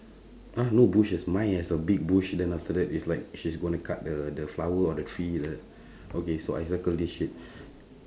!huh! no bushes mine has a big bush then after that is like she's gonna cut the the flower or the tree like that okay so I circle this shit